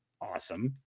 awesome